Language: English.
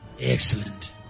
Excellent